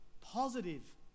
positive